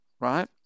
right